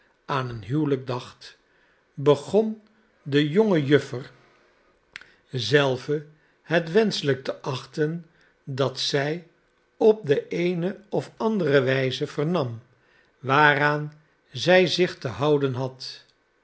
aan een huwelijk dacht begon de jonge juffer zelve het wenschelijk te achten dat zjj op de eene of andere wiizevernam waaraan zij zich te houden bad